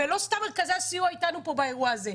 ולא סתם מרכזי הסיוע איתנו פה באירוע הזה.